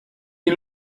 die